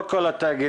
לא כל התאגידים.